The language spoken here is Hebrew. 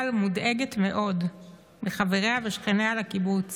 אבל היא מודאגת מאוד מחבריה ושכניה לקיבוץ